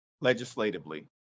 legislatively